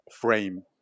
frame